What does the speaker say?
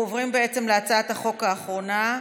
אנחנו עוברים בעצם להצעת החוק האחרונה,